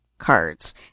cards